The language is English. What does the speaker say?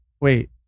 wait